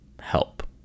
help